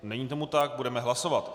Není tomu tak, budeme hlasovat.